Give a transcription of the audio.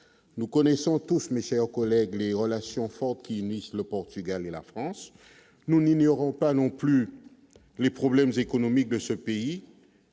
nous connaissons tous, mes chers collègues, les relations enfantine, le Portugal et la France, nous n'ignorons pas non plus les problèmes économiques de ce pays